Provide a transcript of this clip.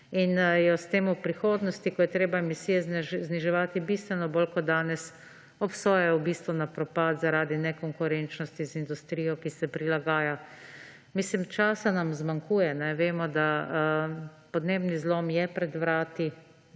in s tem v prihodnosti, ko je treba misije zniževati bistveno bolj kot danes, obsojajo v bistvu na propad zaradi nekonkurenčnosti z industrijo, ki se prilagaja. Časa nam zmanjkuje. Vemo, da podnebni zlom je pred vrati.